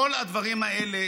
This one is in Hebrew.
כל הדברים האלה